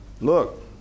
look